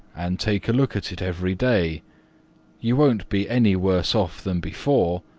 and take a look at it every day you won't be any worse off than before,